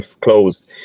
closed